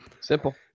Simple